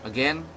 Again